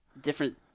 different